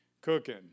cooking